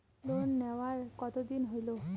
Loan নেওয়ার কতদিন হইল?